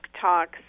talks